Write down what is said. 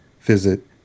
Visit